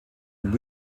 und